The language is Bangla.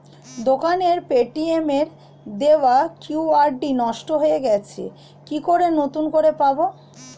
দোকানের পেটিএম এর দেওয়া কিউ.আর নষ্ট হয়ে গেছে কি করে নতুন করে পাবো?